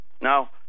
Now